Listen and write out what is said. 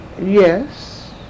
Yes